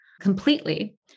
completely